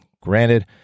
granted